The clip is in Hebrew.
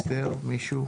המבקר.